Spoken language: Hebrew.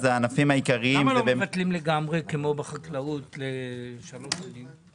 הענפים העיקריים הם --- למה לא מבטלים לגמרי כמו בחקלאות לשלוש שנים?